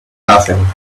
nothing